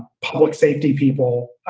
public safety people.